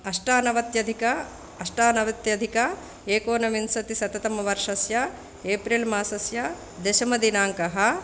अष्टनवत्यधिक अष्टनवत्यधिक एकोनविंशतिशततमवर्षस्य एप्रिल् मासस्य दशमदिनाङ्कः